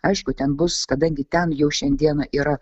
aišku ten bus kadangi ten jau šiandieną yra